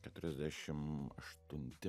keturiasdešim aštunti